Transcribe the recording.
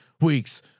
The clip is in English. weeks